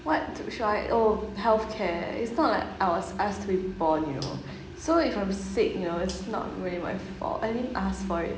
what should I oh health care it's not like I was asked to be born you know so if I'm sick you know it's not really my fault I didn't asked for it